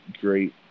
great